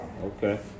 Okay